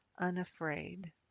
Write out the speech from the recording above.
Unafraid